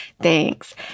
Thanks